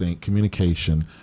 communication